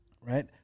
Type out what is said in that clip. right